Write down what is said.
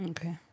Okay